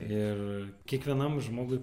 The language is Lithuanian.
ir kiekvienam žmogui